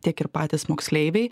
tiek ir patys moksleiviai